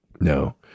No